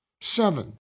Seven